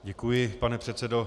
Děkuji, pane předsedo.